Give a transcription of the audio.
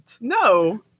no